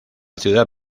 ciudad